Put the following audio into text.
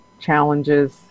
challenges